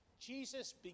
Jesus